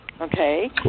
Okay